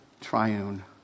triune